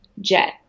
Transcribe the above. Jet